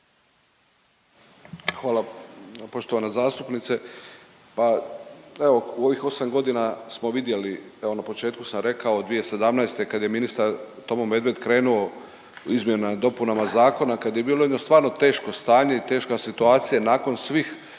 Hvala poštovana zastupnice. Pa evo u ovih 8 godina smo vidjeli, evo na početku sam rekao 2017. kad je ministar Tomo Medved krenuo u izmjene i dopunama zakona, kad je bilo jedno stvarno teško stanje i teška situacija nakon svih